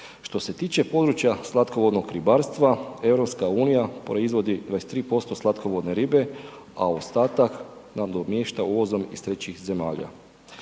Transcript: Što se tiče područja slatkovodnog ribarstva, EU proizvodi 23% slatkovodne ribe a ostatak nadomješta uvozom iz trećih zemalja.